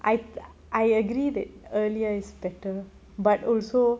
I I agree that earlier is better